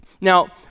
Now